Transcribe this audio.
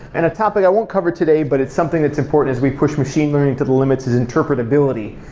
and a topic i won't cover today, but it's something that's important as we push machine learning to the limits is interpretability.